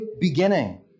beginning